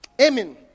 Amen